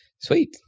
Sweet